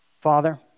Father